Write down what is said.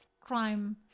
crime